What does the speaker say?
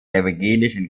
evangelischen